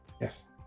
yes